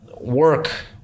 work